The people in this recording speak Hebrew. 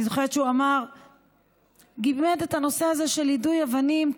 אני זוכרת שהוא גימד את הנושא הזה של יידוי אבנים,